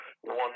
one